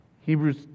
Hebrews